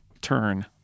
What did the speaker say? turn